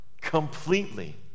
completely